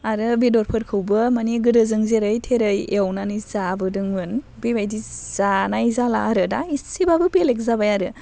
आरो बेदरफोरखौबो माने गोदो जों जेरै थेरै एवनानै जाबोदोंमोन बेबायदि जानाय जाला आरो दा इसेबाबो बेलेग जाबाय आरो